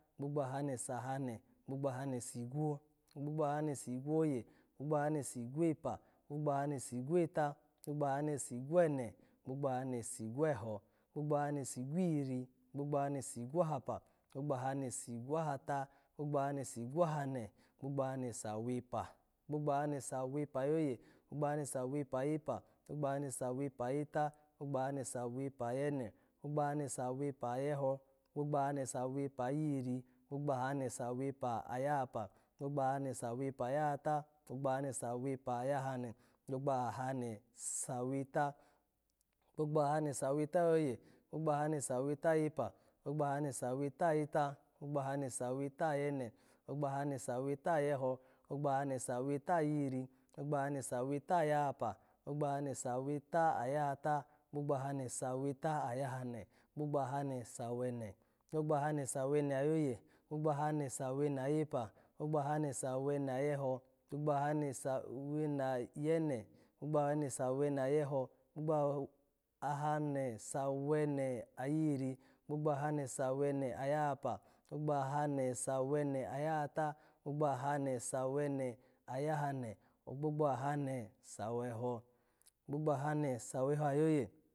Gbogbo ahane sahane, gbogbo ahane sigwo, gbogbo ahane sigwoye, gbogbo ahane sigwepa, gbogbo ahane sigweta, gbogbo ahane sigwene, gbogbo ahane wigweho, gbogbo ahane sigwihiri, gbogbo ahane sigwahapa, gbogbo ahane sigwahata, gbogbo ahane sigwahane, gbogbo ahane sawepa, gbogbo ahane sawepa ayoye, gbogbo ahane sawepa ayepa, gbogbo ahane sawepa ayeta, gbogbo ahane sawepa ayene, gbogbo ahane sawepa ayeho, gbogbo ahane sawepa ayihiri, gbogbo ahane sawepa ayahapa, gbogbo ahane sawepa ayahata, gbogbo ahane sawepa ayahane, gbogbo ahane sawepa saweta, gbogbo ahane saweta ayoye, gbogbo ahane saweta ayepa, gbogbo ahane saweta ayeta, gbogbo ahane saweta ayene, gbogbo ahane saweta ayeho, gbogbo ahane saweta ayihiri, gbogbo ahane saweta ayihiri, gbogbo ahane saweta ayahapa, gbogbo ahane saweta ayahata, gbogbo ahane saweta ayahane, gbogbo ahane sawene, gbogbo ahane sawene ayoye, gbogbo ahane sawene ayepa, gbogbo ahane sawene ayeho, gbogbo ahane sawene ay-yene, gbogbo ahane sawene ayeho, gbogbo aw-ahane sawene ayihiri, gbogbo ahane sawene ayahapa, gbogbo ahane sawene ayahata, gbogbo ahane sawene ayahane, gbogbo ahane saweho, gbogbo ahane saweho ayoye